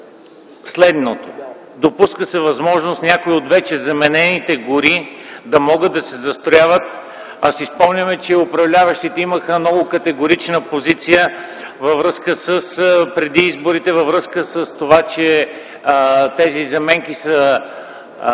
следното – допуска се възможност някои от вече заменените гори да могат да се застрояват. Спомням си, че управляващите преди изборите имаха много категорична позиция във връзка с това, че тези заменки са